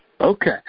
Okay